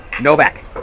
Novak